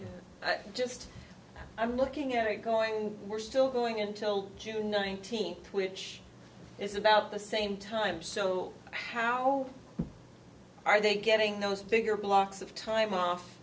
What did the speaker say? just i'm looking at it going we're still going until june nineteenth which is about the same time so how i think getting those bigger blocks of time off